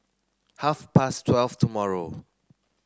half past twelve tomorrow